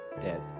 dead